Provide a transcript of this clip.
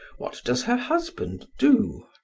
what does her husband do?